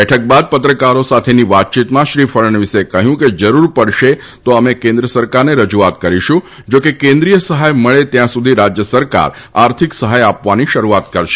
બેઠક બાદ પત્રકારો સાથેની વાતચીતમાં શ્રી ફડણવીસે કહ્યું કે જરૂર પડશે તો અમે કેન્દ્ર સરકારને રજુઆત કરીશું જો કે કેન્દ્રિય સહાય મળે ત્યાં સુધી રાજ્ય સરકાર આર્થિક સહાય આપવાની શરૂઆત કરશે